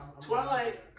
Twilight